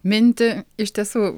mintį iš tiesų